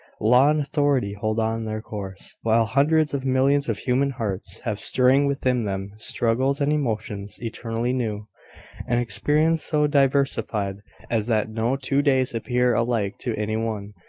law and authority hold on their course, while hundreds of millions of human hearts have stirring within them struggles and emotions eternally new an experience so diversified as that no two days appear alike to any one,